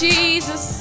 Jesus